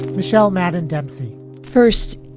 michel martin dempsey first